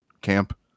camp